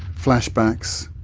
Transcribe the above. flashbacks,